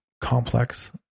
complex